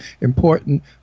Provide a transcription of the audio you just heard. important